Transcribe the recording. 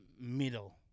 middle